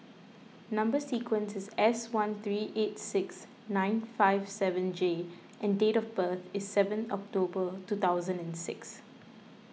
Number Sequence is S one three eight six nine five seven J and date of birth is seven October two thousand and six